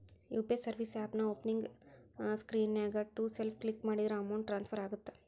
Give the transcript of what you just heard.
UPI service ಆಪ್ನ್ಯಾಓಪನಿಂಗ್ ಸ್ಕ್ರೇನ್ನ್ಯಾಗ to self click ಮಾಡಿದ್ರ ಅಮೌಂಟ್ ಟ್ರಾನ್ಸ್ಫರ್ ಆಗತ್ತ